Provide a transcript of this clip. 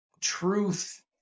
truth